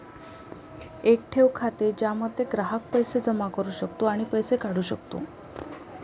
एक ठेव खाते ज्यामध्ये ग्राहक पैसे जमा करू शकतो आणि पैसे काढू शकतो